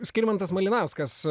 skirmantas malinauskas